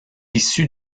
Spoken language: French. issu